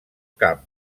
camp